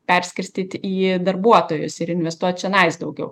perskirstyt į darbuotojus ir investuot čionais daugiau